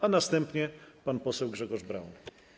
A następnie pan poseł Grzegorz Braun.